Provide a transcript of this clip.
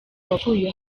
wapfuye